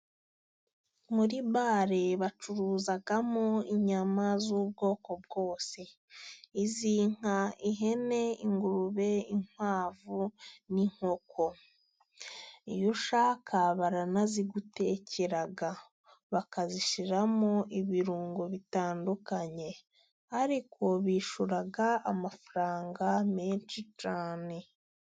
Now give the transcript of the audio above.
Muri bare bacuruzamo inyama z'ubwoko bwose. iz'inka, ihene, ingurube, inkwavu, ninkoko. Iyo ushaka baranazigutekera bakazishyiramo ibirungo bitandukanye, ariko bishyura amafaranga menshi cyane.